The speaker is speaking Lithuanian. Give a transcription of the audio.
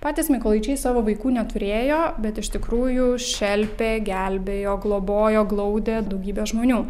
patys mykolaičiai savo vaikų neturėjo bet iš tikrųjų šelpė gelbėjo globojo glaudė daugybę žmonių